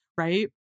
right